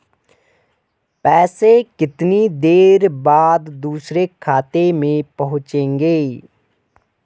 पैसे कितनी देर बाद दूसरे खाते में पहुंचेंगे?